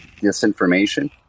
Disinformation